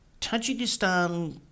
Tajikistan